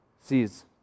sees